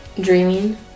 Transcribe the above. dreaming